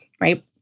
right